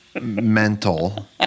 mental